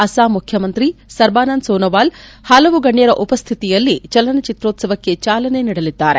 ಅಸ್ಪಾಂ ಮುಖ್ಯಮಂತ್ರಿ ಸರ್ಬಾನಂದ್ ಸೋನೋವಾಲ್ ಹಲವು ಗಣ್ಯರ ಉಪಸ್ಥಿತಿಯಲ್ಲಿ ಚಲನಚಿತ್ರೋತ್ಸವಕ್ಕೆ ಚಾಲನೆ ನೀಡಲಿದ್ದಾರೆ